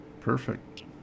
Perfect